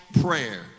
prayer